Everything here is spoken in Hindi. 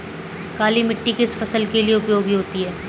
काली मिट्टी किस फसल के लिए उपयोगी होती है?